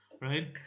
Right